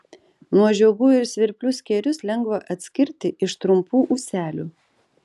nuo žiogų ir svirplių skėrius lengva atskirti iš trumpų ūselių